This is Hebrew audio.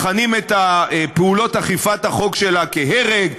מכנים את פעולות אכיפת החוק שלה הרג,